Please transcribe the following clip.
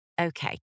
Okay